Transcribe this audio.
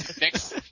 Next